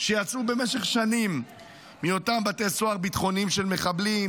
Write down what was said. שיצאו במשך שנים מאותם בתי סוהר ביטחוניים של מחבלים,